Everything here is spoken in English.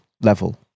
level